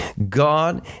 God